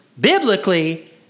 biblically